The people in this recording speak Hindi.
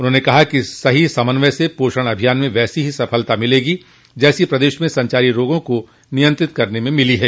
उन्होंने कहा कि सही समन्वय से पोषण अभियान में वैसी ही सफलता मिलेगी जैसी प्रदेश में संचारी रोगों को नियंत्रित करने में मिली है